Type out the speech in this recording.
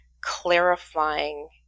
clarifying